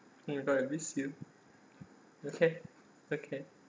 I'm going to miss you okay okay